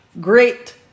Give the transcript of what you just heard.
great